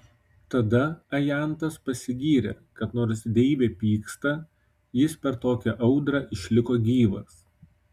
tada ajantas pasigyrė kad nors deivė pyksta jis per tokią audrą išliko gyvas